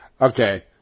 okay